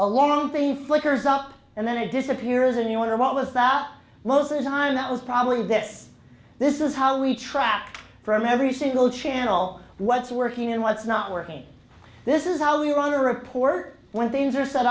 a long thing flickers up and then it disappears and you wonder what was that most of the time that was probably this this is how we track from every single channel what's working and what's not working this is how we run a report when things are set